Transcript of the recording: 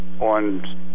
on